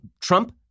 Trump